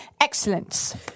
excellence